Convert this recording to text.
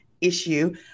issue